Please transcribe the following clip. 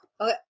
Okay